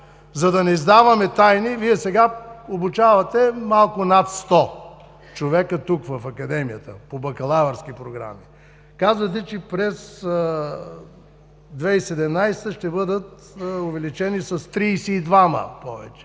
За да не издаваме тайни, Вие сега обучавате малко над 100 човека тук, в Академията, по бакалавърски програми. Казвате, че през 2017 г. ще бъдат увеличени с 32 повече.